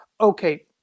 okay